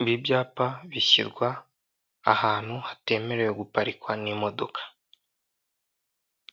Ibi byapa bishyirwa ahantu hatemerewe guparikwa n'imodoka.